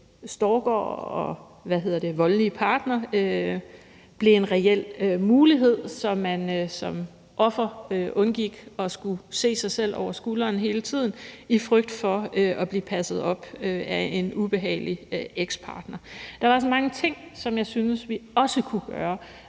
stalkere og voldelige partnere blev en reel mulighed, så man som offer undgik at skulle se sig over skulderen hele tiden i frygt for at blive passet op af en ubehagelig ekspartner. Der var så mange ting, som jeg synes vi også kunne gøre,